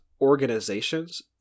organizations